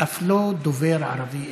אף לא דובר ערבי אחד.